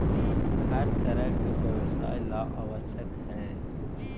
हर तरह के व्यवसाय ला आवश्यक हई